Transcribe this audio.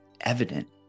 evident